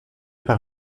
par